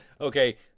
Okay